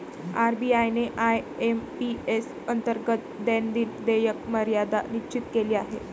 RBI ने IMPS अंतर्गत दैनंदिन देयक मर्यादा निश्चित केली आहे